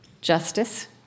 justice